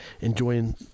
enjoying